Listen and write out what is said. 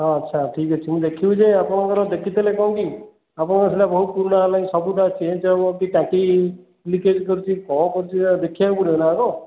ହଁ ଆଚ୍ଛା ଠିକ୍ ଅଛି ମୁଁ ଦେଖିବି ଯେ ଆପଣଙ୍କର ଦେଖିଥେଲେ କି କି ଆପଣଙ୍କର ସେଇଟା ବହୁତ୍ ପୁରୁଣା ହେଲାଣି ସବୁଯାକ ଚେଞ୍ଜ ହେବ କି ଟାଙ୍କି ଲିକେଜ୍ କରିଛି କ'ଣ ଦେଖିବାକୁ ପଡ଼ିବନା ଆଗ